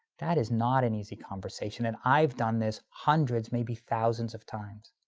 that is not an easy conversation, and i have done this hundreds, maybe thousands of times.